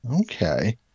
Okay